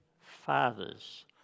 fathers